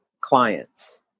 clients